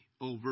over